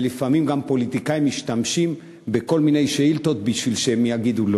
ולפעמים גם פוליטיקאים משתמשים בכל מיני שאילתות כדי שהם יגידו לא.